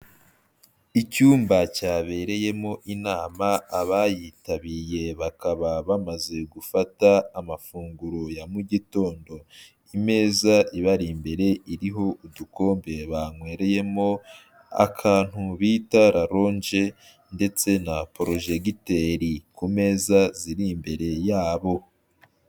Icyumba cyabereyemo inama, abayitabiye bakaba bamaze gufata amafunguro ya mu gitondo, imeza ibari imbere iriho udukombe banywereyemo, akantu bita raronje ndetse na porojegiteri, ku meza ziri imbere yabo.